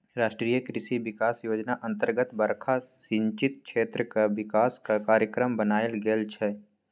राष्ट्रीय कृषि बिकास योजना अतर्गत बरखा सिंचित क्षेत्रक बिकासक कार्यक्रम बनाएल गेल छै